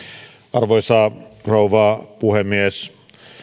arvoisa rouva puhemies